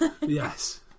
yes